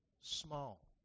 small